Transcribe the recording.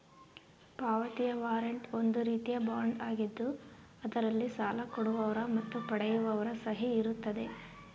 ಪಾವತಿಯ ವಾರಂಟ್ ಒಂದು ರೀತಿಯ ಬಾಂಡ್ ಆಗಿದ್ದು ಅದರಲ್ಲಿ ಸಾಲ ಕೊಡುವವರ ಮತ್ತು ಪಡೆಯುವವರ ಸಹಿ ಇರುತ್ತದೆ